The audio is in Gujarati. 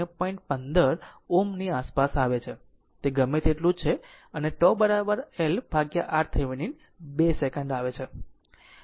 15 Ω આસપાસ આવે છે તે ગમે તેટલું જ છે અને આ τ LRThevenin 2 સેકંડ આવે છે